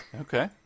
Okay